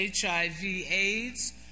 HIV-AIDS